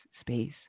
space